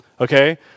okay